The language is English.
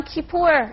Kippur